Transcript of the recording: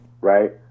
right